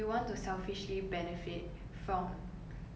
so because of this then there's this um